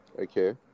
Okay